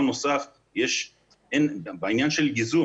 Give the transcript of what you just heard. בעניין של גיזום,